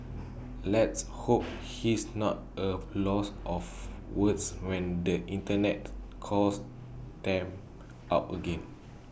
let's hope he's not A loss of Woods when the Internet calls them out again